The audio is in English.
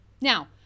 now